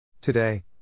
Today